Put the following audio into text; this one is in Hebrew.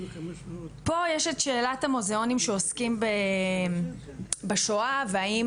פה יש את שאלת המוזיאונים שעוסקים בשואה והאם